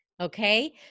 okay